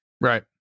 Right